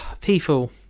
people